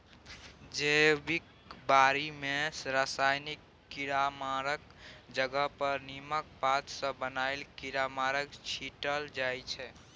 जैबिक बारी मे रासायनिक कीरामारक जगह पर नीमक पात सँ बनल कीरामार छीटल जाइ छै